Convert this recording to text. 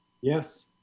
Yes